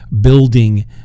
building